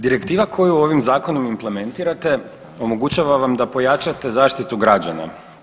Direktiva koju ovim Zakonom implementirate omogućava vam da pojačate zaštitu građana.